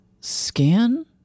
scan